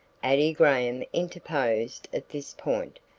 addie graham interposed at this point.